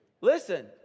listen